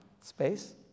space